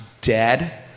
dead